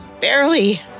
Barely